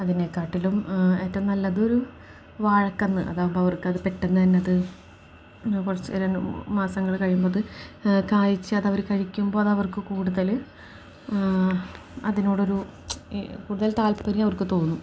അതിനേക്കാട്ടിലും ഏറ്റവും നല്ലതൊരു വാഴക്കന്ന് അതാകുമ്പോൾ അവർക്കത് പെട്ടെന്നു തന്നെയത് കുറച്ച് മാസങ്ങൾ കഴിയുമ്പം അത് കായ്ച്ച് അതവർ കഴിക്കുമ്പോൾ അതവർക്കു കൂടുതൽ അതിനോടൊരു കൂടുതൽ താല്പര്യം അവർക്കു തോന്നും